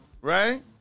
right